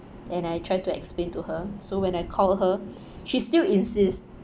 and I try to explain to her so when I call her she still insists